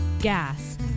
gas